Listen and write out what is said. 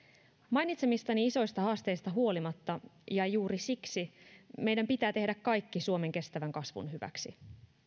mainitsemistani isoista haasteista huolimatta ja juuri siksi meidän pitää tehdä kaikki suomen kestävän kasvun hyväksi